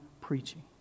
preaching